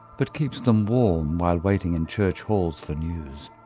but keeps them warm while waiting in church halls for news.